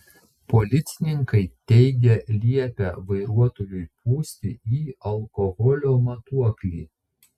policininkai teigia liepę vairuotojui pūsti į alkoholio matuoklį